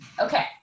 Okay